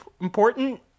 important